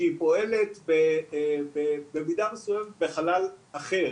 שהיא פועלת במידה מסויימת בחלל אחר.